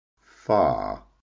far